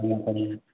अनुमान करेंगे